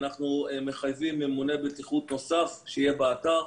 אנחנו מחייבים ממונה בטיחות נוסף שיהיה באתר.